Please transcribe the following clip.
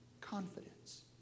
confidence